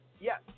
yes